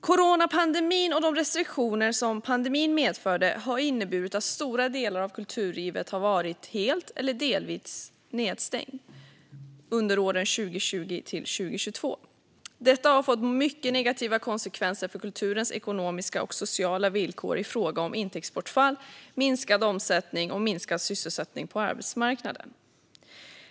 Coronapandemin och de restriktioner som denna medförde har inneburit att stora delar av kulturlivet varit helt eller delvis nedstängda under åren 2020-2022. Detta har fått mycket negativa konsekvenser för kulturens ekonomiska och sociala villkor i fråga om intäktsbortfall, minskad omsättning och minskad sysselsättning på arbetsmarknaden.